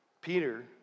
Peter